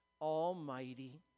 almighty